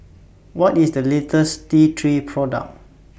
What IS The latest T three Product